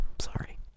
sorry